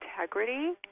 integrity